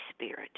Spirit